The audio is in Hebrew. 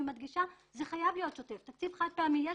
מדגישה שזה חייב להיות שוטף ותקציב חד-פעמי.